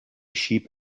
sheep